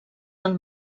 del